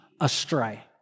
astray